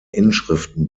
inschriften